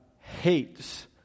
hates